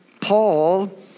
Paul